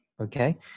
Okay